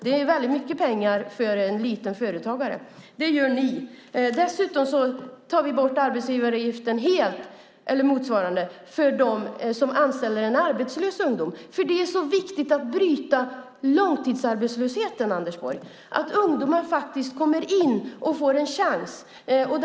Det är väldigt mycket pengar för ett lite företag. Det gör ni. Dessutom tar vi bort arbetsgivaravgiften, eller motsvarande, helt för dem som anställer en arbetslös ungdom. Det är viktigt att bryta långtidsarbetslösheten, Anders Borg, så att ungdomar faktiskt kommer in på arbetsmarknaden och får en chans.